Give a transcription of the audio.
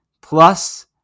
plus